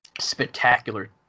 spectacular